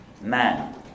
man